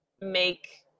make